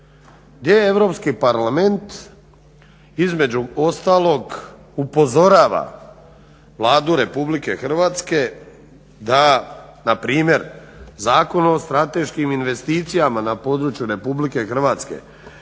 Gdje Europski parlament između ostaloga upozorava Vladu Republike Hrvatske da npr. Zakon o strateškim investicijama na području Republike Hrvatske